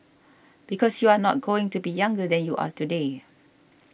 because you are not going to be younger than you are today